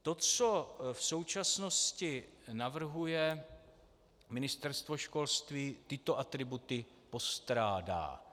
To, co v současnosti navrhuje Ministerstvo školství, tyto atributy postrádá.